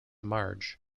marge